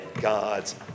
God's